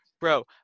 bro